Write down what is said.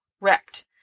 wrecked